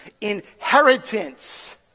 Inheritance